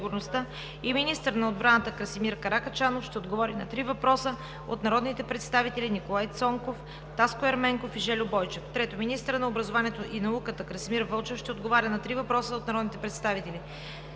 министър на отбраната Красимир Каракачанов ще отговори на три въпроса от народните представители Николай Цонков; Таско Ерменков; и Жельо Бойчев. 3. Министърът на образованието и науката Красимир Вълчев ще отговори на три въпроса от народните представители